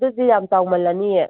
ꯑꯗꯨꯗꯤ ꯌꯥꯝ ꯆꯥꯎꯃꯜꯂꯅꯤꯌꯦ